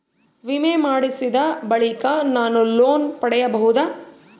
ವಿಮೆ ಮಾಡಿಸಿದ ಬಳಿಕ ನಾನು ಲೋನ್ ಪಡೆಯಬಹುದಾ?